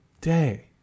day